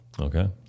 Okay